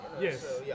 Yes